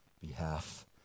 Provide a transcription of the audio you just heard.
behalf